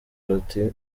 bati